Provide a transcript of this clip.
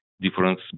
difference